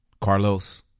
Carlos